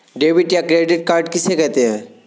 Debit या credit card किसे कहते हैं?